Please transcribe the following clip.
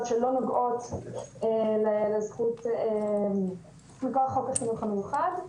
שלא נוגעות לזכות מכוח חוק החינוך המיוחד.